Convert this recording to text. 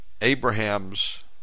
Abraham's